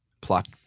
plot